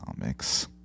comics